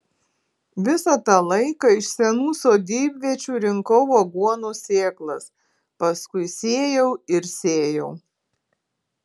visą tą laiką iš senų sodybviečių rinkau aguonų sėklas paskui sėjau ir sėjau